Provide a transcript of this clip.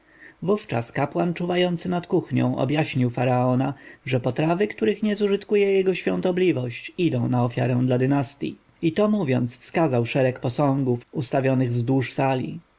wówczas kapłan czuwający nad kuchnią objaśnił faraona że potrawy których nie zużytkuje jego świątobliwość idą na ofiarę dla dynastji i to mówiąc wskazał szereg posągów ustawionych wzdłuż sali